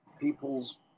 people's